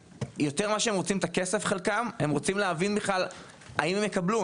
יותר ממה שהם רוצים את הכסף חלקם הם רוצים להבין האם הם יקבלו,